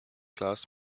class